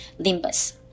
limbus